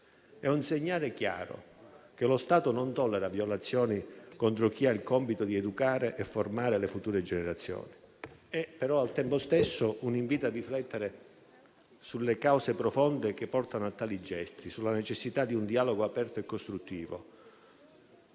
È un segnale chiaro che lo Stato non tollera violazioni contro chi ha il compito di educare e formare le future generazioni, ma al tempo stesso è un invito a riflettere sulle cause profonde che portano a tali gesti, sulla necessità di un dialogo aperto e costruttivo,